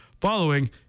following